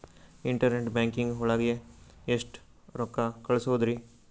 Internet banking ಒಳಗೆ ಎಷ್ಟ್ ರೊಕ್ಕ ಕಲ್ಸ್ಬೋದ್ ರಿ?